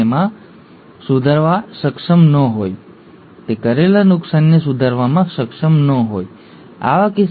તેથી એકવાર ઘા સંપૂર્ણપણે બંધ થઈ ગયા પછી ત્યાં કોઈ વધુ કોષ વિભાજન થશે નહીં અને આને સંપર્ક નિષેધ તરીકે ઓળખવામાં આવે છે જે ઘણી વાર ઘા રૂઝવવામાં જોવા મળે છે